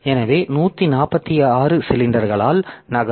எனவே 146 சிலிண்டர்களால் நகரும்